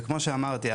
וכמו שאמרתי,